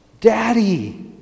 Daddy